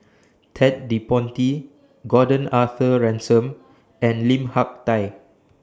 Ted De Ponti Gordon Arthur Ransome and Lim Hak Tai